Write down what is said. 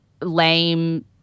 lame